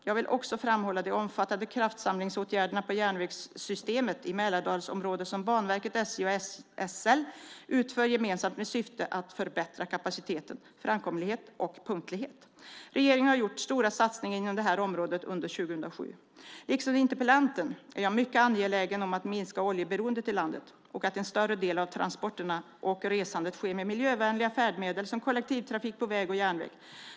Jag vill också framhålla de omfattande kraftsamlingsåtgärderna på järnvägssystemet i Mälardalsområdet som Banverket, SJ och SL utför gemensamt med syfte att förbättra kapacitet, framkomlighet och punktlighet. Regeringen har gjort stora satsningar inom detta område under 2007. Liksom interpellanten är jag mycket angelägen om att minska oljeberoendet i landet och att en större andel av transporterna och resandet sker med miljövänliga färdmedel, som kollektivtrafik på väg och järnväg.